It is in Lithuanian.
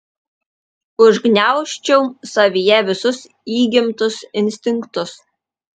užgniaužčiau savyje visus įgimtus instinktus